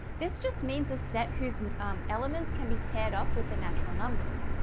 this just means a set whose and um elements can be paired off with the natural numbers.